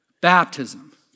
baptism